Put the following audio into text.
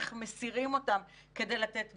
איך מסירים אותם כדי לתת מענה.